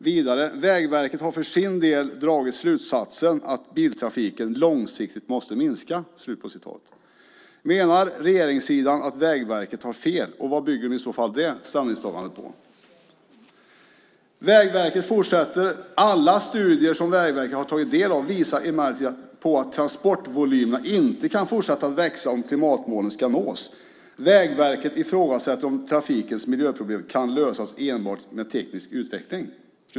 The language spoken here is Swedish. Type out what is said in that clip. Vidare skriver de: "Vägverket har för sin del dragit slutsatsen att biltrafiken långsiktigt måste minska." Menar regeringssidan att Vägverket har fel, och vad bygger i så fall det ställningstagandet på? Vägverket fortsätter: "Alla studier som Vägverket har tagit del av visar emellertid på att transportvolymerna inte kan fortsätta att växa om klimatmålen ska nås. Vägverket ifrågasätter om trafikens miljöproblem kan lösas enbart med teknisk utveckling."